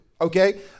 Okay